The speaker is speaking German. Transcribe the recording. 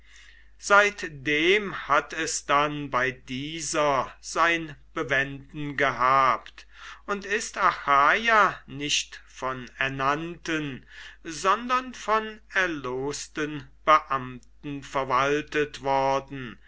seitdem hat es dann bei dieser sein bewenden gehabt und ist achaia nicht von ernannten sondern von erlosten beamten verwaltet worden